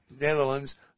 Netherlands